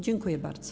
Dziękuję bardzo.